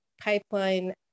pipeline